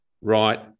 right